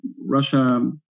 Russia